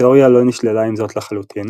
התאוריה לא נשללה עם זאת לחלוטין,